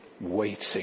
waiting